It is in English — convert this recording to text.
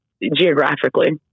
geographically